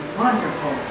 wonderful